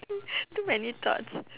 too too many thoughts